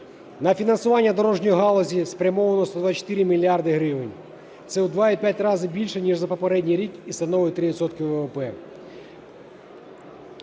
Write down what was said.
На фінансування дорожньої галузі спрямовано 124 мільярди гривень, це у 2,5 рази більше ніж за попередній рік, і становить 3